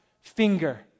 finger